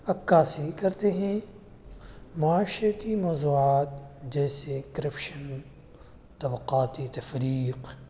عکاسی کرتے ہیں معاشرتی موضوعات جیسے کرپشن طبقاتی تفریق